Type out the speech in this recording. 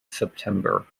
september